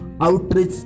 outreach